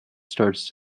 starts